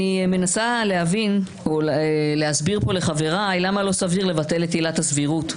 אני מנסה להבין או להסביר פה לחבריי למה לא סביר לבטל את עילת הסבירות.